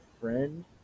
friend